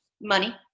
money